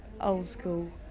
old-school